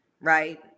right